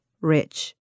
rich